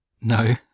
No